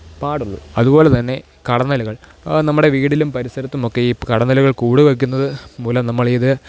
പാടുള്ളൂ അതുപോലെത്തന്നെ കടന്നലുകള് നമ്മുടെ വീട്ടിലും പരിസരത്തുമൊക്കെ ഈ കടന്നലുകള് കൂട് വെയുക്കുന്നത് മൂലം നമ്മൾ ഇത്